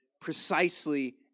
precisely